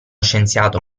scienziato